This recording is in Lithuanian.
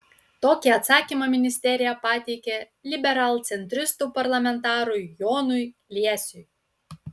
tokį atsakymą ministerija pateikė liberalcentristų parlamentarui jonui liesiui